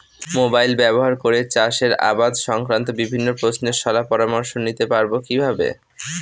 Mobile ব্যাবহার করে চাষের আবাদ সংক্রান্ত বিভিন্ন প্রশ্নের শলা পরামর্শ নিতে পারবো কিভাবে?